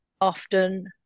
often